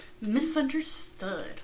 misunderstood